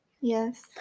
Yes